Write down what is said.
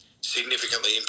significantly